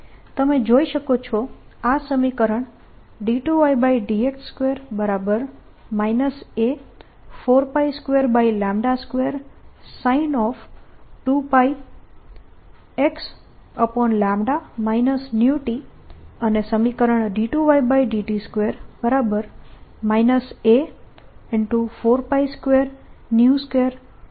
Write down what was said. તમે જોઈ શકો છો આ સમીકરણ 2yx2 A422sin 2π અને સમીકરણ 2yt2 A